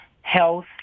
health